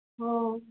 ꯑꯣ